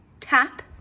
tap